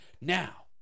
Now